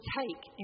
take